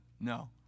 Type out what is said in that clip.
No